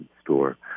store